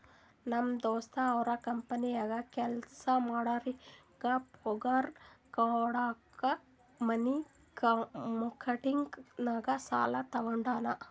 ನಮ್ ದೋಸ್ತ ಅವ್ರ ಕಂಪನಿನಾಗ್ ಕೆಲ್ಸಾ ಮಾಡೋರಿಗ್ ಪಗಾರ್ ಕುಡ್ಲಕ್ ಮನಿ ಮಾರ್ಕೆಟ್ ನಾಗ್ ಸಾಲಾ ತಗೊಂಡಾನ್